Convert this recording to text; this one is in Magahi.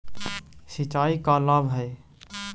सिंचाई का लाभ है?